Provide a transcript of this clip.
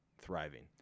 thriving